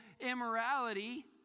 immorality